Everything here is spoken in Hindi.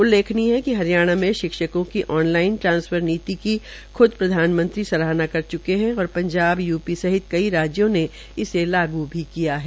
उल्लेखीय है हरियाणा में शिक्षकों की ऑन लाइन ट्रांसफर नीति की ख्द प्रधानमंत्री सराहना कर च्के है और पंजाब यूपी सहित कई राज्यों ने इसे लागू भी किया है